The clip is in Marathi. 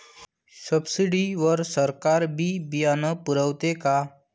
सब्सिडी वर सरकार बी बियानं पुरवते का?